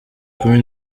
kumi